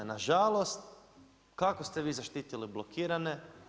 Nažalost, kako ste vi zaštitili blokirane?